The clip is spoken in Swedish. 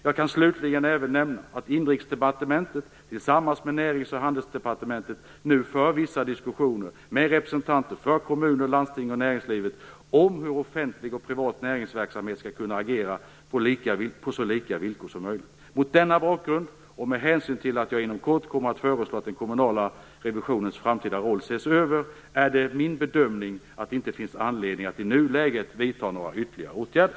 Jag kan slutligen även nämna att Inrikesdepartementet tillsammans med Närings och handelsdepartementet nu för vissa diskussioner med representanter för kommuner, landsting och näringsliv om hur offentlig och privat näringsverksamhet skall kunna agera på så lika villkor som möjligt. Mot denna bakgrund och med hänsyn till att jag inom kort kommer att föreslå att den kommunala revisionens framtida roll ses över, är min bedömning att det inte finns anledning att i nuläget vidta några ytterligare åtgärder.